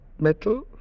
metal